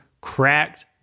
cracked